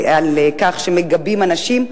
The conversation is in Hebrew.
על כך שמגבים אנשים?